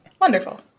Wonderful